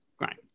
Right